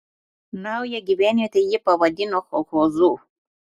naują gyvenvietę jie pavadino kolchozu